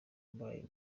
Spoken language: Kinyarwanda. wambaye